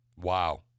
wow